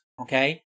okay